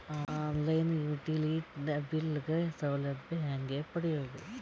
On line utility bill ಗ ಸೌಲಭ್ಯ ಹೇಂಗ ಪಡೆಯೋದು?